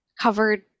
covered